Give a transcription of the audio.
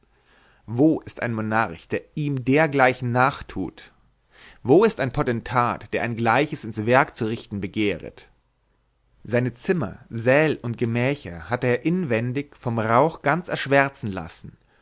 wo ist ein monarch der ihm dergleichen nachtut wo ist ein potentat der ein gleiches ins werk zu richten begehret seine zimmer säl und gemächer hatte er inwendig vom rauch ganz erschwärzen lassen